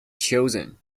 chosen